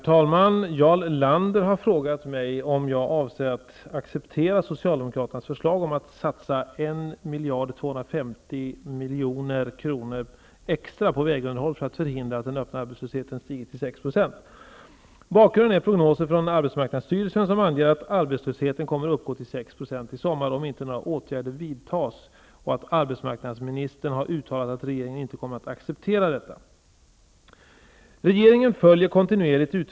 Enligt prognoser från AMS kommer arbetslösheten i vårt land att uppgå till 6 % i sommar om inte några åtgärder vidta. Detta kommer inte regeringen att acceptera enligt arbetsmarknadsministern. milj.kr. extra på vägunderhåll för att förhindra att den öppna arbetslösheten stiger till 6 %?